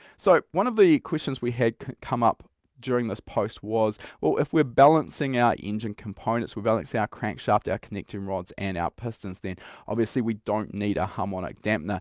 so one of the questions we had come up during this post was well if we're balancing our engine components, we're balancing our crankshaft, our connecting rods and our pistons, then obviously we don't need a harmonic damper.